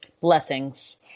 Blessings